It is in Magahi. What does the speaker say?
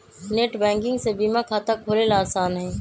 नेटबैंकिंग से बीमा खाता खोलेला आसान हई